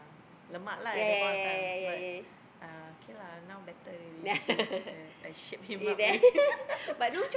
um lemak lah at that point of time but uh K lah now better already he uh I shape him up already